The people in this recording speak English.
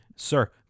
Sir